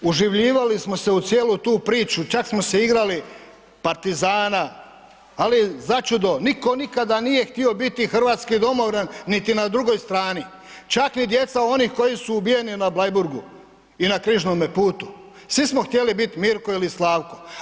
Uživljivali smo se u tu cijelu tu priču, čak smo se igrali partizana, ali začudo niko nikada nije htio biti hrvatski domobran niti na drugoj strani, čak ni djeca onih koji su ubijeni na Bleiburgu i na Križnome putu, svi smo htjeli biti Mirko ili Slavko.